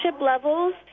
levels